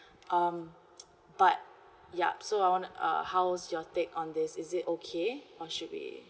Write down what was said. um but yup so I want uh how was your take on this is it okay or should we